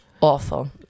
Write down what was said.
awful